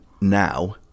now